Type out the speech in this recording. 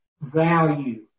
value